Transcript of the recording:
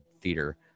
theater